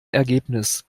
ergebnis